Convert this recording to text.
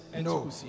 no